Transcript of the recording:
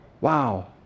Wow